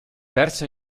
persa